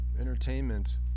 entertainment